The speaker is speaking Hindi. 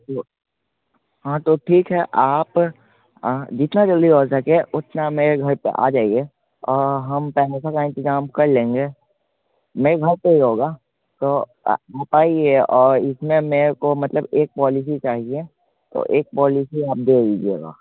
तो हाँ तो ठीक है आप जितना जल्दी हो सके उतना मेये घर पर आ जाइए हम पैसों का इंतज़ाम कर लेंगे नहीं घर पर ही होगा तो आप आइए और इसमें मेरे को मतलब एक पॉलिसी चाहिए तो एक पॉलिसी आप दे दीजिएगा